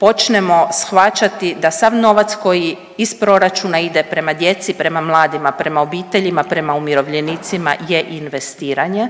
počnemo shvaćati da sav novac koji iz proračuna ide prema djeci, prema mladima, prema obiteljima, prema umirovljenicima je investiranje,